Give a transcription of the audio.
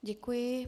Děkuji.